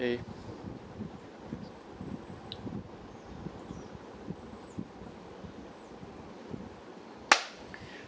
eh